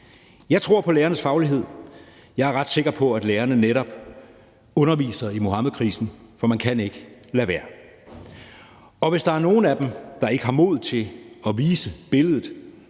Jeg tror på lærernes faglighed. Jeg er ret sikker på, at lærerne netop underviser i Muhammedkrisen, for man kan ikke lade være, og hvis der er nogle af dem, der ikke har modet til at vise billedet,